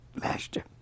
master